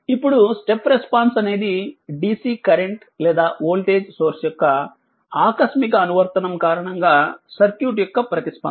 ఇప్పుడు step response అనేది DC current లేదా వోల్టేజ్ సోర్స్ యొక్క ఆకస్మిక అనువర్తనం కారణంగా సర్క్యూట్ యొక్క ప్రతిస్పందన